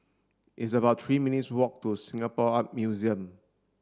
it's about three minutes walk to Singapore Art Museum